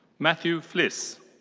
matthew fliss.